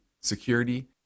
security